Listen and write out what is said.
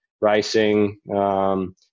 racing